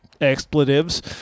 expletives